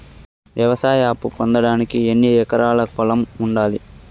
వ్యవసాయ అప్పు పొందడానికి ఎన్ని ఎకరాల పొలం ఉండాలి?